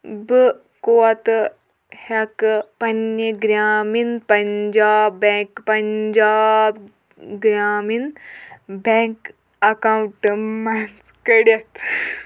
بہٕ کوتہٕ ہٮ۪کہٕ پنٛنہِ گرٛامِن پنٛجاب بٮ۪نٛک پنٛجاب گرامِن بٮ۪نٛک اکاونٹہٕ منٛز کٔڑِتھ